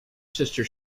sister